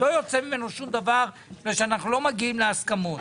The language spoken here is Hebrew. לא יוצא ממנו שום דבר מפני שאנחנו לא מגיעים להסכמות.